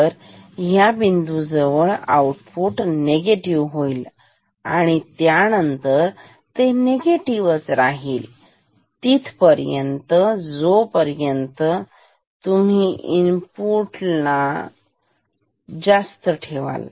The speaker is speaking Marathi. तरह्या बिंदूजवळ आउटपुट निगेटिव्ह होईल आणि त्यांनतर तो निगेटिव्ह राहील तिथपर्यंत जोपर्यंत तुम्ही इनपुट LTP पेक्षा जास्त ठेवाल